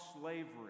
slavery